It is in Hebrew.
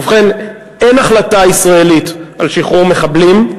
ובכן, אין החלטה ישראלית על שחרור מחבלים,